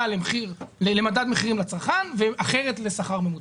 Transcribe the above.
למדד מחירים לצרכן ואחרת לשכר הממוצע?